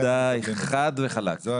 בוודאי, חד וחלק.